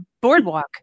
boardwalk